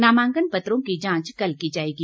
नामांकन पत्रों की जांच कल की जाएगी